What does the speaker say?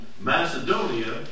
Macedonia